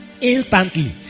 Instantly